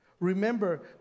Remember